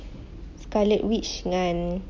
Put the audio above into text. scarlet witch dengan